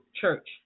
Church